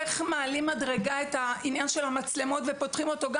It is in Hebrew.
איך מעלים מדרגה את חוק המצלמות ומרחיבים את הסמכות לצפות במצלמות